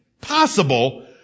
possible